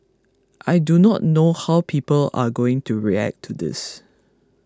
I do not know how people are going to react to this